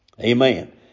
Amen